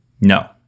No